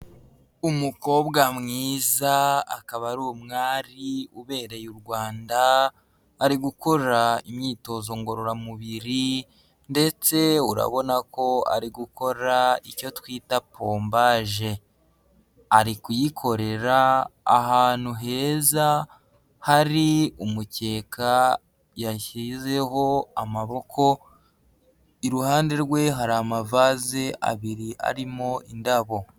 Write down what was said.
Umukobwa mwiza akaba ari umwari ubereye u Rwanda, ari gukora imyitozo ngororamubiri ndetse urabona ko ari gukora icyo twita pombaje, ari kuyikorera ahantu heza hari umukeka yashyizeho amaboko, iruhande rwe hari amavaze abiri arimo indabo.